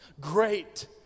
Great